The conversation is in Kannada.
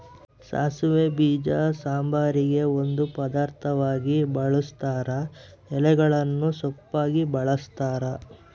ಸಾಸಿವೆ ಬೀಜ ಸಾಂಬಾರಿಗೆ ಒಂದು ಪದಾರ್ಥವಾಗಿ ಬಳುಸ್ತಾರ ಎಲೆಗಳನ್ನು ಸೊಪ್ಪಾಗಿ ಬಳಸ್ತಾರ